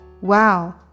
Wow